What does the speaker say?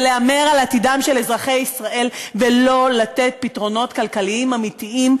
זה להמר על עתידם של אזרחי ישראל ולא לתת פתרונות כלכליים אמיתיים.